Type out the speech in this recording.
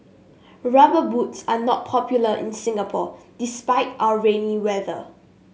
rubber boots are not popular in Singapore despite our rainy weather